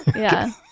yeah.